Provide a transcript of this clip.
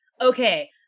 okay